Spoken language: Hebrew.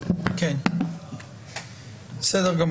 מיד נשמע